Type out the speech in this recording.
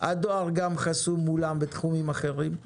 הדואר גם חסום מולם בתחומים אחרים.